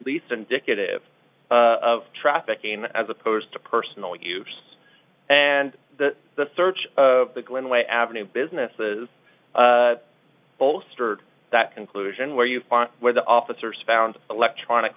least indicative of trafficking as opposed to personal use and the search of the glen way avenue business is bolstered that conclusion where you want where the officers found electronic